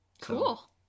cool